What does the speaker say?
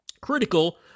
critical